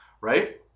right